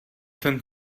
ten